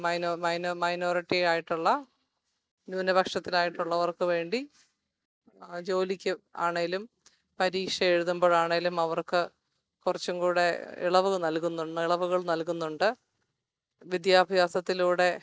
മൈനോ മൈനോ മൈനോരിറ്റി ആയിട്ടുള്ള ന്യൂനപക്ഷത്തിനായിട്ടുള്ളവർക്ക് വേണ്ടി ജോലിക്ക് ആണേലും പരീക്ഷ എഴുതുമ്പോഴാണേലും അവർക്ക് കുറച്ചും കൂടെ ഇളവ് നൽകുന്നു ഇളവുകൾ നൽകുന്നുണ്ട് വിദ്യാഭ്യാസത്തിലൂടെ